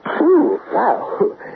Wow